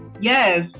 Yes